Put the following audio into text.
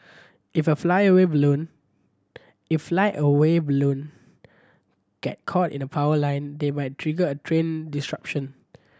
if a flyaway balloon if flyaway balloon get caught in a power line they might trigger a train disruption